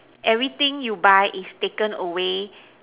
everything you buy is taken away